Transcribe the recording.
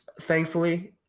thankfully